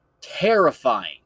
terrifying